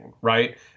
right